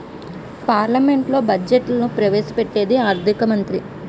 పార్లమెంట్లో బడ్జెట్ను ప్రవేశ పెట్టేది ఆర్థిక మంత్రి